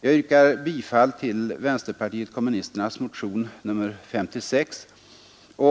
Jag yrkar bifall till vänsterpartiet kommunisternas motion nr 56.